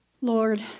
Lord